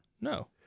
no